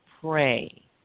pray